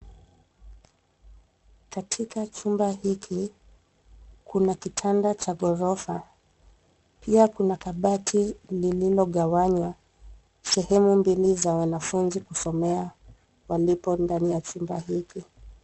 Katika chumba hiki, kuna kitanda cha ghorofa pia kuna kabati lililogawanywa sehemu mbili za wanafunzi kusomea walipo ndani ya chumba hiki.